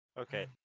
Okay